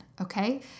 Okay